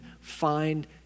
find